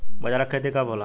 बजरा के खेती कब होला?